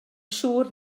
siŵr